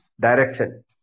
direction